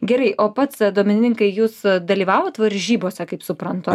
gerai o pats dominikai jūs dalyvavot varžybose kaip suprantu